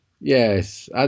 Yes